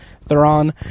Theron